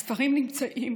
הספרים נמצאים